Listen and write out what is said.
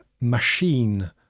machine